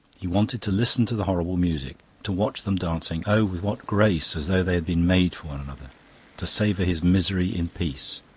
he wanted to listen to the horrible music, to watch them dancing oh, with what grace, as though they had been made for one another to savour his misery in peace.